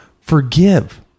Forgive